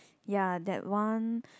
ya that one